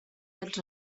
dels